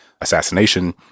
assassination